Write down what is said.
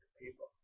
people